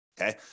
okay